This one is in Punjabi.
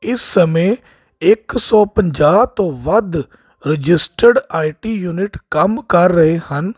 ਇਸ ਸਮੇਂ ਇੱਕ ਸੌ ਪੰਜਾਹ ਤੋਂ ਵੱਧ ਰਜਿਸਟਰਡ ਆਈਟੀ ਯੂਨਿਟ ਕੰਮ ਕਰ ਰਹੇ ਹਨ